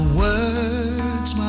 words